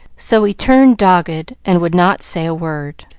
so he turned dogged and would not say a word,